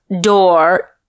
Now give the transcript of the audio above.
door